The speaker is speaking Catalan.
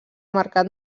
mercat